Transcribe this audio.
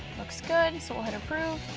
looks good so we'll hit approve.